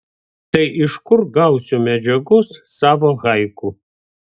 tai iš kur gausiu medžiagos savo haiku